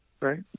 right